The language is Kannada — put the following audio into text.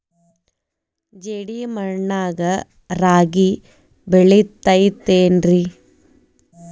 ಜೇಡಿ ಮಣ್ಣಾಗ ರಾಗಿ ಬೆಳಿತೈತೇನ್ರಿ?